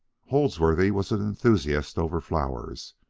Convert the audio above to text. holdsworthy was an enthusiast over flowers,